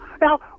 now